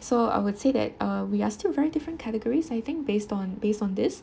so I would say that uh we are still very different categories I think based on based on this